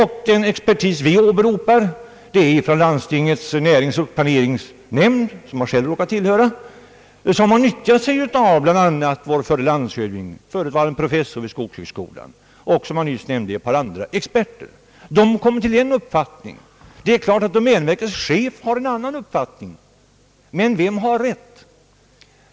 Den expertis som vi åberopar och som näringslivets näringsoch planeringsnämnd — vilken jag själv råkar tillhöra — har anlitat består bl.a. av vår förre landshövding, som tidigare varit professor vid skogshögskolan, samt som jag nyss nämnde ett par andra experter. De har kommit till en uppfattning. Det är klart att domänverkets chef har en annan uppfattning. Men vem har rätt?